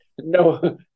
no